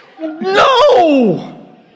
No